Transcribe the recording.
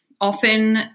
Often